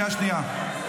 קריאה שנייה.